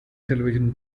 television